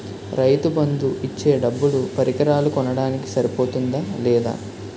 రైతు బందు ఇచ్చే డబ్బులు పరికరాలు కొనడానికి సరిపోతుందా లేదా?